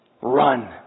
Run